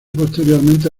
posteriormente